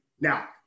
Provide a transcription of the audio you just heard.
now